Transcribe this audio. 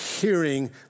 hearing